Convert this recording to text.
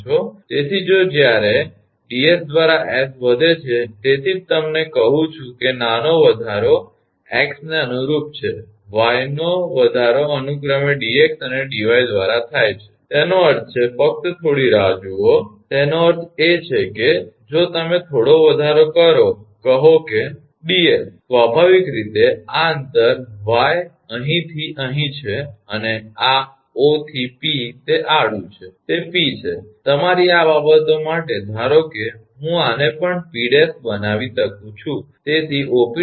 તેથી જો જ્યારે 𝑑𝑠 દ્વારા 𝑠 વધે છે તેથી જ તમને કહું છું કે નાનો વધારો 𝑥 ને અનુરૂપ છે અને 𝑦 નો વધારો અનુક્રમે 𝑑𝑥 અને 𝑑𝑦 દ્રારા થાય છે તેનો અર્થ છે ફક્ત થોડી રાહ જુઓ તેનો અર્થ એ કે જો તમે થોડો વધારો કરો કહો કે 𝑑𝑠 સ્વાભાવિક રીતે આ અંતર 𝑦 અહીંથી અહીં છે અને આ 𝑂 થી 𝑃 તે આડું છે તે 𝑃 છે તમારી આ બાબતો માટે ધારો કે હું આને પણ 𝑃′ બનાવી શકું છું